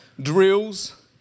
drills